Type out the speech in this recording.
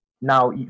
Now